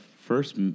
first